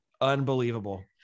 Unbelievable